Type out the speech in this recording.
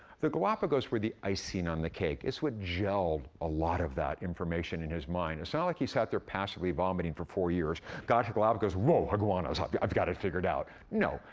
the galapagos were the icing on the cake. it's what gelled a lot of that information in his mind. it's not ah like he sat there passively vomiting for four years, got to galapagos, whoa, iguanas i've got it figured out. no,